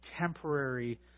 temporary